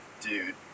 Dude